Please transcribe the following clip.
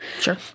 sure